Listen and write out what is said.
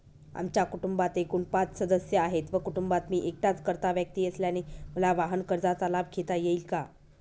आमच्या कुटुंबात एकूण पाच सदस्य आहेत व कुटुंबात मी एकटाच कर्ता व्यक्ती असल्याने मला वाहनकर्जाचा लाभ घेता येईल का?